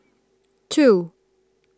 two